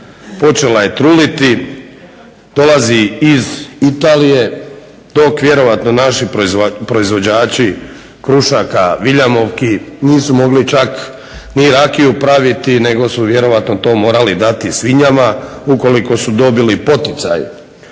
počela je truliti, dolazi iz Italije dok vjerojatno naši proizvođači krušaka vilijamovki nisu mogli čak ni rakiju praviti nego su vjerojatno to morali dati svinjama ukoliko su dobili poticaj